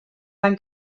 van